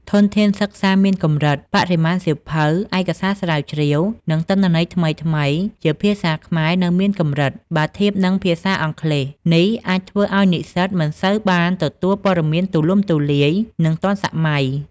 ធនធានសិក្សាមានកម្រិត បរិមាណសៀវភៅ ឯកសារស្រាវជ្រាវ និងទិន្នន័យថ្មីៗជាភាសាខ្មែរនៅមានកម្រិតបើធៀបនឹងភាសាអង់គ្លេស។ នេះអាចធ្វើឱ្យនិស្សិតមិនសូវបានទទួលព័ត៌មានទូលំទូលាយ និងទាន់សម័យ។